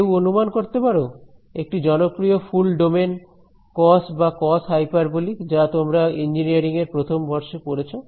কেউ অনুমান করতে পারো একটা জনপ্রিয় ফুল ডোমেন কস বা কসহাইপারবলিক যা তোমরা ইঞ্জিনিয়ারিং এর প্রথম বর্ষে পড়েছ